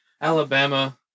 Alabama